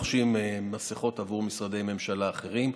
מסכות עבור משרדי ממשלה אחרים.